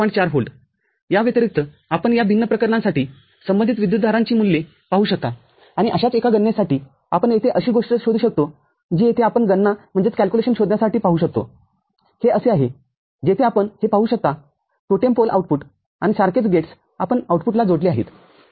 ४V याव्यतिरिक्त आपण या भिन्न प्रकरणांसाठी संबंधित विद्युतधारांची मूल्ये पाहू शकताआणि अशाच एका गणनेसाठी आपण येथे अशी गोष्ट शोधू शकतो जी येथे आपण गणना शोधण्यासाठी पाहू शकतोहे असे आहे जेथे आपण हे पाहू शकता टोटेम पोल आउटपुट आणि सारखेच गेट्स आपण आउटपुटला जोडले आहेतठीक आहे